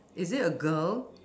is it a girl